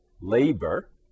labor